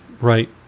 right